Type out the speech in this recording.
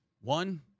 One